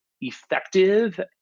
effective